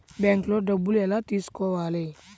బ్యాంక్లో డబ్బులు ఎలా తీసుకోవాలి?